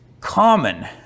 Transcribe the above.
common